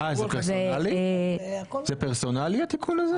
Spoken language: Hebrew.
זה פרסונלי התיקון הזה?